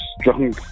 strong